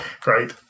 Great